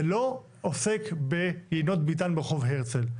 זה לא עוסק ביינות ביתן ברחוב הרצל.